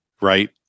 right